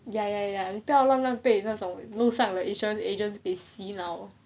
ya ya ya 你不要乱乱被那种路上的 insurance agent 给洗脑